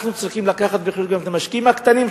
אנחנו צריכים להביא בחשבון גם את המשקיעים הקטנים,